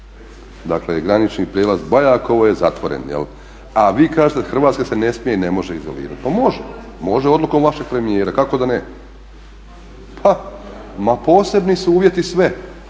dakle granični prijelaz BAjakovo je zatvoren. A vi kažete Hrvatska se ne smije i ne može izolirati. Pa može, može odlukom vašeg premijera, kako da ne. Posebni su uvjeti sve